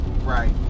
right